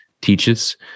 teaches